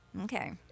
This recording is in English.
Okay